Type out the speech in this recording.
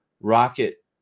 Rocket